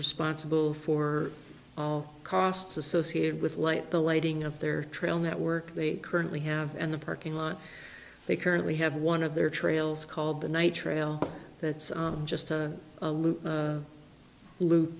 responsible for all costs associated with light the lighting up their trail network they currently have and the parking lot they currently have one of their trails called the night trail that's just